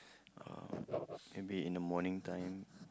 um maybe in the morning time